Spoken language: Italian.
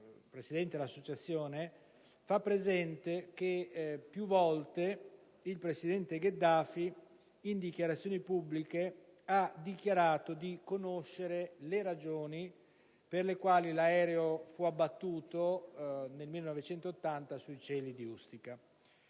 presidente dell'Associazione fa presente che più volte il presidente Gheddafi, in dichiarazioni pubbliche, ha dichiarato di conoscere le ragioni per le quali l'aereo fu abbattuto sui cieli di Ustica